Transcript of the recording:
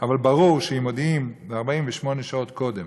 אבל ברור שאם מודיעים 48 שעות קודם